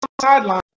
sideline